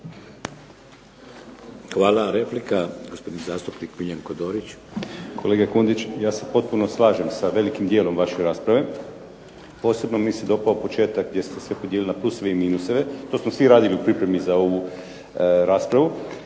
Hvala. Replika, gospodin zastupnik Miljenko Dorić. **Dorić, Miljenko (HNS)** Kolega Kundić, ja se potpuno slažem sa velikim dijelom vaše rasprave, posebno mi se dopao početak gdje ste se podijelili na pluseve i minuseve. To smo svi radili u pripremi za ovu raspravu.